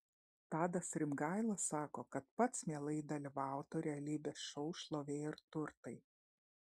tadas rimgaila sako kad pats mielai dalyvautų realybės šou šlovė ir turtai